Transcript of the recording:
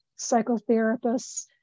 psychotherapists